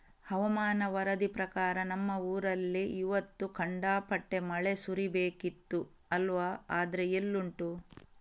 ಹವಾಮಾನ ವರದಿ ಪ್ರಕಾರ ನಮ್ಮ ಊರಲ್ಲಿ ಇವತ್ತು ಖಂಡಾಪಟ್ಟೆ ಮಳೆ ಸುರೀಬೇಕಿತ್ತು ಅಲ್ವಾ ಆದ್ರೆ ಎಲ್ಲುಂಟು